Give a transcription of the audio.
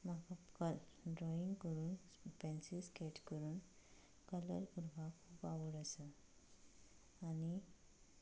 म्हाका ड्रॉईंग करुन pencil sketch करून कलर करपाक खूब आवड आसा आनी